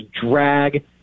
drag